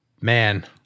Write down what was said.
Man